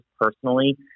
personally